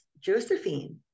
Josephine